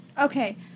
Okay